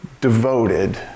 devoted